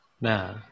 Nah